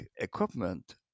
equipment